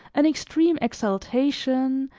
an extreme exaltation,